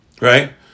Right